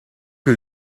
que